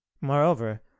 moreover